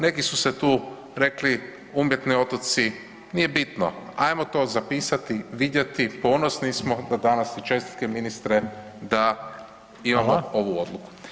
Neki su se tu rekli umjetni otoci nije bitno, ajmo to zapisati, vidjeti, ponosni smo da danas, i čestitke ministre, da imamo [[Upadica: Hvala]] ovu odluku.